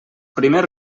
primer